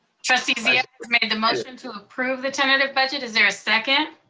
trustee zia has made the motion to approve the tentative budget, is there a second?